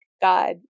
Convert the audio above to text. God